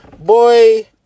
Boy